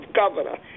governor